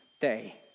Day